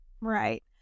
Right